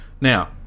Now